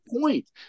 point